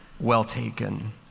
well-taken